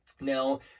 Now